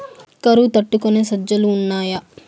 కరువు తట్టుకునే సజ్జలు ఉన్నాయా